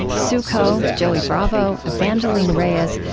sue ko, joey bravo, evangeline reyes,